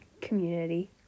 community